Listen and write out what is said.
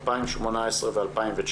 2018 ו-2019.